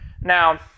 Now